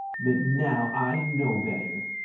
but now i know better.